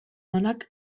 onak